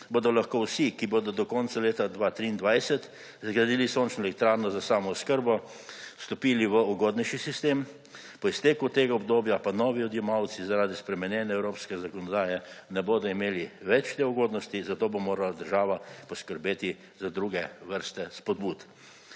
bodo lahko vsi, ki bodo do konca leta 2023 zgradili sočno elektrarno za samooskrbo, stopili v ugodnejši sistem, po izteku tega obdobja pa novi odjemalci zaradi spremenjene evropske zakonodaje ne bodo imeli več te ugodnosti, zato bo morala država poskrbeti za druge vrste spodbud.